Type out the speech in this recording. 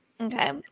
Okay